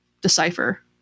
decipher